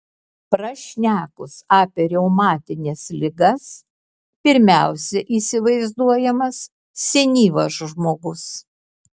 prašnekus apie reumatines ligas pirmiausia įsivaizduojamas senyvas žmogus